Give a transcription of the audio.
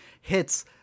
hits